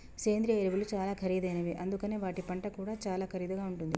సేంద్రియ ఎరువులు చాలా ఖరీదైనవి అందుకనే వాటి పంట కూడా చాలా ఖరీదుగా ఉంటుంది